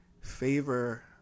favor